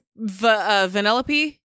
Vanellope